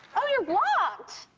oh, you're blocked!